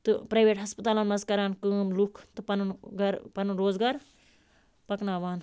تہٕ پرٛایوٹ ہَسپَتالَن منٛز کَران کٲم لُکھ تہٕ پَنُن گَرٕ پَنُن روزگار پَکناوان